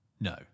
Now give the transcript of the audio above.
No